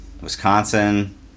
Wisconsin